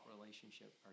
relationship